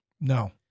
No